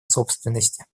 собственности